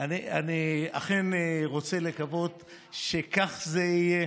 אני אכן רוצה לקוות שכך זה יהיה.